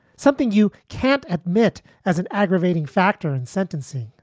something you can't admit as an aggravating factor in sentencing